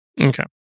Okay